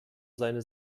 seine